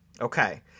Okay